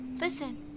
listen